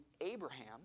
Abraham